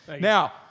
Now